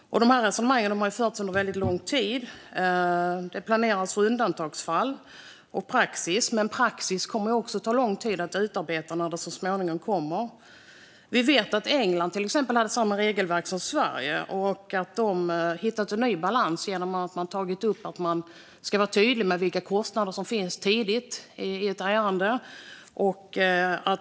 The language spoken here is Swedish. Resonemangen har förts under lång tid. Det planeras för undantagsfall och praxis, men det kommer att ta lång tid att utarbeta praxis. Vi vet att England hade samma regelverk som Sverige, och man har i England hittat en ny balans genom att man tidigt i ett ärende ska vara tydlig med kostnaderna.